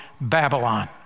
Babylon